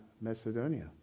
Macedonia